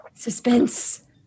Suspense